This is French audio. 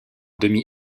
demi